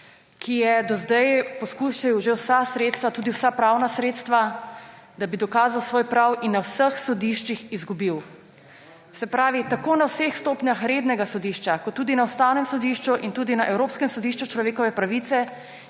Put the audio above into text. ki je do zdaj poskusil že vsa sredstva, tudi vsa pravna sredstva, da bi dokazal svoj prav in na vseh sodiščih izgubil. Se pravi, tako na vseh stopnjah rednega sodišča, kot tudi na Ustavnem sodišču in tudi na Evropskem sodišču za človekove pravice